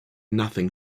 nothing